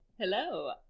Hello